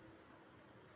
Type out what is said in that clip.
Borax ಬೇಕು?